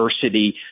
diversity